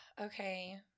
Okay